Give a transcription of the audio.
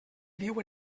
viu